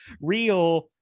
real